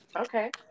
Okay